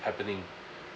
happening